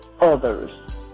others